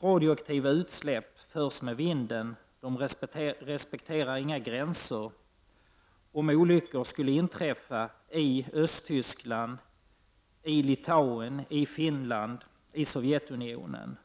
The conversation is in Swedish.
Radioaktiva utsläpp förs vidare med vinden. De respekterar inga gränser. Om en olycka skulle inträffa i Östtyskland, Litauen, Finland eller Sovjetunionen